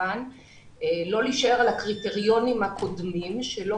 לא להישאר את הקריטריונים הקודמים שלא